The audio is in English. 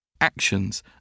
Actions